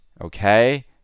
okay